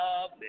love